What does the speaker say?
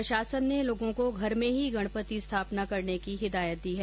प्रशासन ने लोगों को घर में ही गणपति स्थापना करने की हिदायत दी है